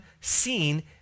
seen